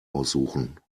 aussuchen